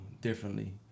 differently